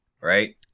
right